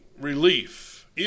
relief